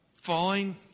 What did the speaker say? falling